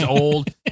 old